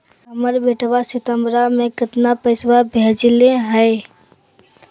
हमर बेटवा सितंबरा में कितना पैसवा भेजले हई?